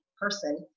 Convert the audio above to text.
person